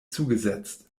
zugesetzt